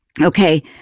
Okay